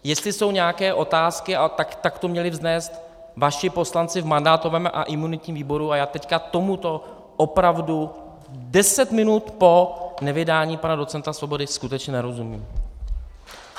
Jestli jsou nějaké otázky, tak to měli vznést vaši poslanci v mandátovém a imunitním výboru a já teď tomuto opravdu deset minut po nevydání pana docenta Svobody skutečně nerozumím!